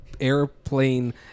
airplane